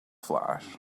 flash